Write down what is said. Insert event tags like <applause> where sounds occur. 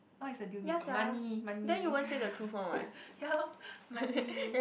what is a deal maker money money <laughs> ya [lorh] money